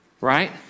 Right